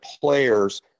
players